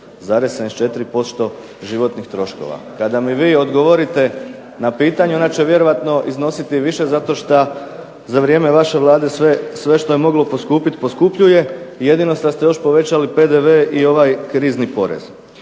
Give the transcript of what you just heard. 83,74% životnih troškova. Kada mi vi odgovorite na pitanje ona će vjerojatno iznositi više zato što za vrijeme vaše Vlade sve što je moglo poskupit poskupljuje i jedino sad ste još povećali PDV i ovaj krizni porez.